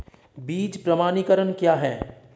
बीज प्रमाणीकरण क्या है?